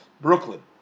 Brooklyn